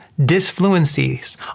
disfluencies